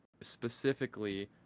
specifically